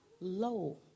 low